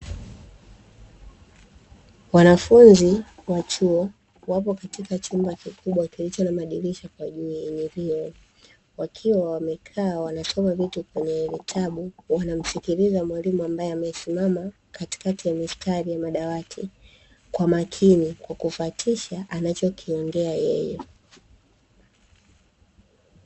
Wanafunzi wa chuo wapo katika chumba kikubwa kilicho na madirisha kwa juu yenye vioo, wakiwa wamekaa wanasoma vitu kwenye vitabu, wanamsikiliza mwalimu ambaye amesimama katikati ya mistari ya madawati kwa makini kwa kufuatisha anachokiongea yeye.